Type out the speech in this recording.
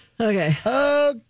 Okay